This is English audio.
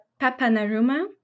Papanaruma